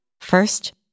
first